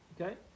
Okay